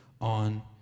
on